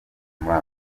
muri